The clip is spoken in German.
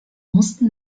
mussten